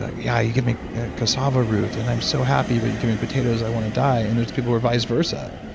ah yeah. you give me cassava root and i'm so happy but you give me potatoes, i wanna die. and there's people who are vice versa.